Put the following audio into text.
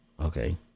Okay